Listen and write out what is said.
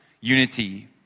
unity